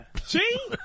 See